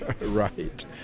Right